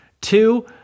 Two